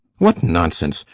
what nonsense!